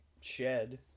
shed